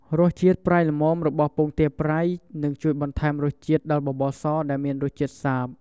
រសជាតិប្រៃល្មមរបស់ពងទាប្រៃ នឹងជួយបន្ថែមរសជាតិដល់បបរសដែលមានរសជាតិសាប។